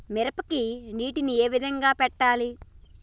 మిరపకి నీటిని ఏ విధంగా పెట్టాలి?